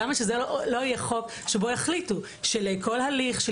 למה שזה לא יהיה חוק שבו יחליטו שלכל הליך של